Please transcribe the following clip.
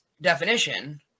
definition